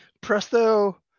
Presto